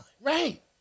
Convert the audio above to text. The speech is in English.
Right